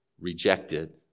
rejected